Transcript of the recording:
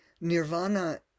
Nirvana